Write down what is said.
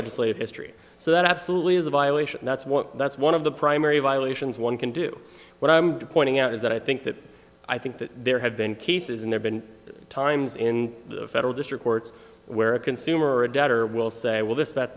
legislative history so that absolutely is a violation that's what that's one of the primary violation as one can do what i'm pointing out is that i think that i think that there have been cases and there been times in federal district courts where a consumer a debtor will say well this that